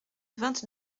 vingt